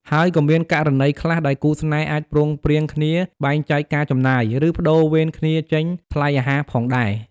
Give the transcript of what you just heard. ហើយក៏មានករណីខ្លះដែលគូស្នេហ៍អាចព្រមព្រៀងគ្នាបែងចែកការចំណាយ ឬប្តូរវេនគ្នាចេញថ្លៃអាហារផងដែរ។